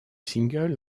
singles